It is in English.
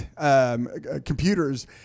Computers